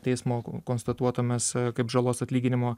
teismo konstatuotomis kaip žalos atlyginimo